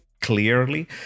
clearly